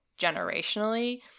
generationally